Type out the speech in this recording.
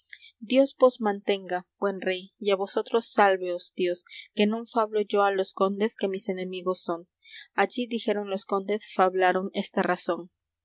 vos mantenga buen rey y á vosotros sálveos dios que non fablo yo á los condes que mis enemigos son allí dijeron los condes fablaron esta razón